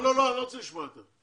לא, אני לא רוצה לשמוע יותר.